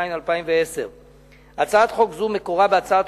התש"ע 2010. הצעת חוק זו מקורה בהצעת